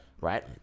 Right